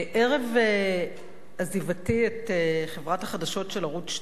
ערב עזיבתי את חברת החדשות של ערוץ-2